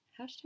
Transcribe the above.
hashtag